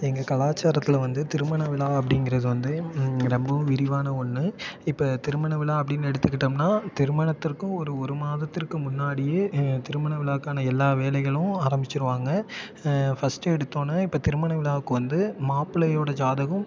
எங்கள் கலாச்சாரத்தில் வந்து திருமண விழா அப்படிங்கறது வந்து ரொம்ப விரிவான ஒன்று இப்போ திருமண விழா அப்படின்னு எடுத்துக்கிட்டோம்னால் திருமணத்திற்கும் ஒரு ஒரு மாதத்திற்கும் முன்னாடியே திருமண விழாக்கான எல்லா வேலைகளும் ஆரம்பிச்சுருவாங்க ஃபஸ்டு எடுத்தோன்னே இப்போ திருமண விழாவுக்கு வந்து மாப்பிள்ளையோட ஜாதகம்